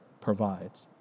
provides